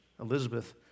Elizabeth